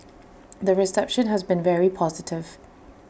the reception has been very positive